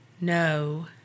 no